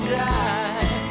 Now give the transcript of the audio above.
die